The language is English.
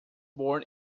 born